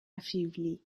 affaiblie